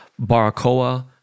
baracoa